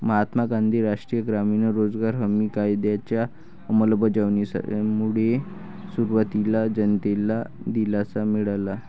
महात्मा गांधी राष्ट्रीय ग्रामीण रोजगार हमी कायद्याच्या अंमलबजावणीमुळे सुरुवातीला जनतेला दिलासा मिळाला